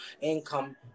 income